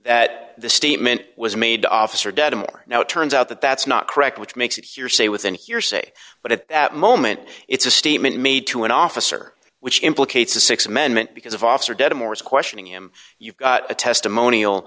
that the statement was made the officer dedham or now it turns out that that's not correct which makes it hearsay within hearsay but at that moment it's a statement made to an officer which implicates the th amendment because of officer dedham or is questioning him you've got a testimonial